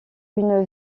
une